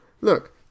look